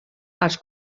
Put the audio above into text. als